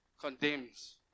condemns